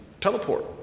teleport